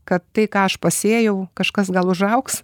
kad tai ką aš pasėjau kažkas gal užaugs